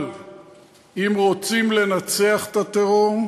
אבל אם רוצים לנצח את הטרור,